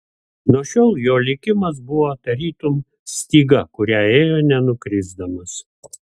nuo šiol jo likimas buvo tarytum styga kuria ėjo nenukrisdamas